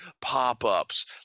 pop-ups